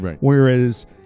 whereas